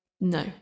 no